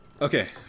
Okay